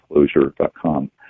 Disclosure.com